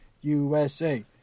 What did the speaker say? USA